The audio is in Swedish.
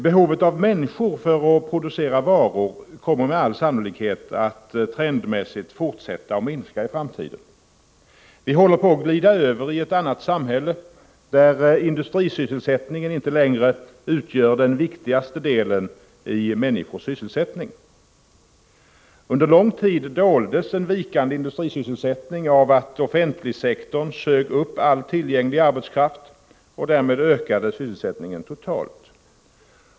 Behovet av människor för att producera varor kommer med all sannolikhet att trendmässigt fortsätta att minska i framtiden. Vi håller på att glida över i ett annat samhälle, där industrisysselsättningen inte längre utgör den viktigaste delen av människors sysselsättning. Under lång tid doldes en vikande industrisysselsättning av att offentligsektorn sög upp all tillgänglig arbetskraft, och därmed ökade sysselsättningen totalt.